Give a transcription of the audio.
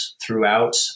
throughout